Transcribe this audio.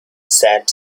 sad